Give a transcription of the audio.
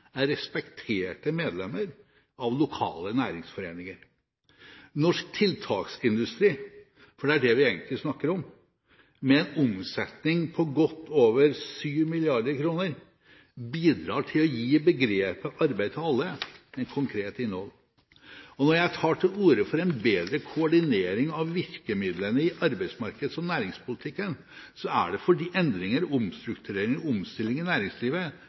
er respekterte medlemmer av lokale næringsforeninger. Norsk tiltaksindustri – for det er egentlig det vi snakker om – med en omsetning på godt over 7 mrd. kr bidrar til å gi begrepet «arbeid til alle» et konkret innhold. Når jeg tar til orde for en bedre koordinering av virkemidlene i arbeidsmarkeds- og næringspolitikken, er det fordi endringer/omstrukturering/omstilling i næringslivet, som pågår til stadighet, og